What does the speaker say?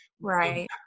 Right